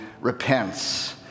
repents